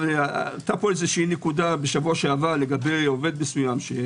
עלתה פה נקודה שבוע שעבר לגבי עובד מסוים.